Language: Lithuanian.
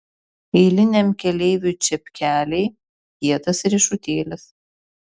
eiliniam keleiviui čepkeliai kietas riešutėlis